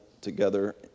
together